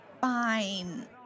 Fine